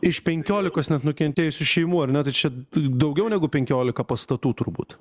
iš penkiolikos net nukentėjusių šeimų ar ne daugiau negu penkiolika pastatų turbūt